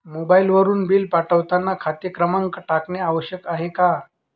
मोबाईलवरून बिल पाठवताना खाते क्रमांक टाकणे आवश्यक आहे का?